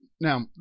Now